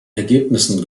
ergebnissen